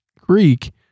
Greek